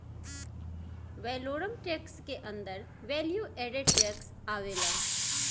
valorem tax के अंदर value added tax आवेला